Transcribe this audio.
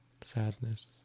Sadness